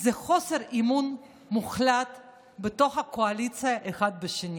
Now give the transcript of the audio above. זה חוסר אמון מוחלט בתוך הקואליציה אחד בשני.